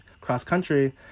cross-country